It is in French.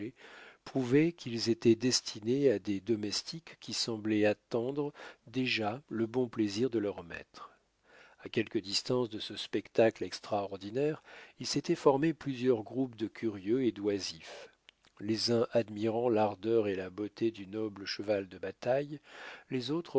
prouvaient qu'ils étaient destinés à des domestiques qui semblaient attendre déjà le bon plaisir de leurs maîtres à quelque distance de ce spectacle extraordinaire il s'était formé plusieurs groupes de curieux et d'oisifs les uns admirant l'ardeur et la beauté du noble cheval de bataille les autres